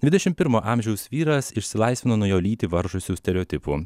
dvidešimt pirmo amžiaus vyras išsilaisvino nuo jo lytį varžusių stereotipų